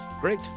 Great